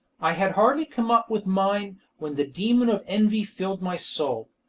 i had hardly come up with mine when the demon of envy filled my soul.